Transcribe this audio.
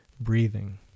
breathing